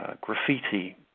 graffiti